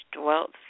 dwelt